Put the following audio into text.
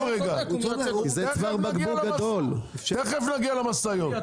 הוא צודק --- תכף נגיע למשאיות.